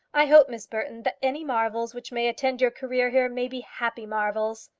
i hope, miss burton, that any marvels which may attend your career here may be happy marvels.